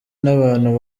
n’abantu